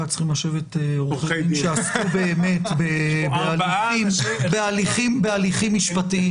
צריכים לשבת עורכי דין שעסקו באמת בהליכים משפטיים.